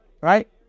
right